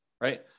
right